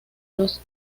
los